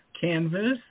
canvas